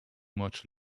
much